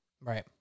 Right